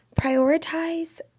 Prioritize